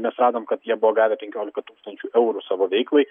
mes radom kad jie buvo gavę penkiolika tūkstančių eurų savo veiklai